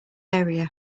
area